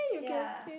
ya